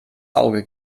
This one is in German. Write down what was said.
auge